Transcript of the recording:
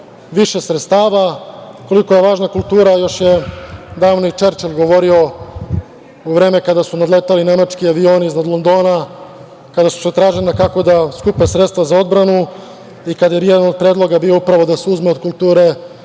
više sredstava. Koliko je važna kultura još je davno i Čerčil govorio, a u vreme kada su nadletali nemački avioni iznad Londona, kada su tražili kako da skupe sredstva za odbranu i kada je jedan od predloga upravo bio da se uzme od kulture,